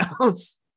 else